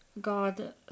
God